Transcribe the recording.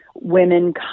women